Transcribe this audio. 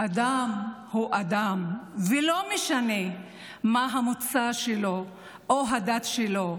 אדם הוא אדם, ולא משנה מה המוצא או הדת שלו.